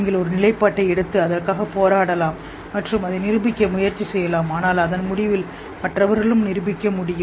நீங்கள் ஒரு நிலைப்பாட்டை எடுத்து அதற்காக போராடலாம் மற்றும் அதை நிரூபிக்க முயற்சி செய்யலாம் ஆனால் அதன் முடிவில் மற்றவர்களும் நிரூபிக்க முடியும்